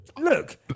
Look